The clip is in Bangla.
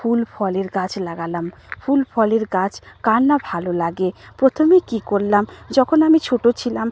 ফুল ফলের গাছ লাগালাম ফুল ফলের গাছ কার না ভালো লাগে প্রথমে কী করলাম যখন আমি ছোটো ছিলাম